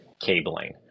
cabling